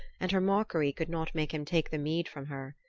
and her mockery could not make him take the mead from her.